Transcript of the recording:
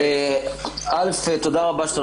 תודה רבה.